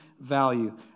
value